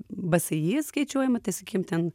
bsi skaičiuojama tai sakykim ten